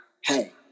hey